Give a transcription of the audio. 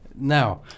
Now